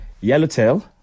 Yellowtail